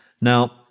Now